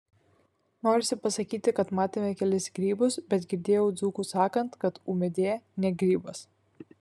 norisi pasakyti kad matėme kelis grybus bet girdėjau dzūkus sakant kad ūmėdė ne grybas